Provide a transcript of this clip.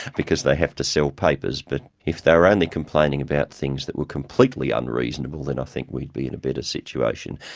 because they have to sell papers, but if they were only complaining about things that were completely unreasonable then i think we'd be in a better situation.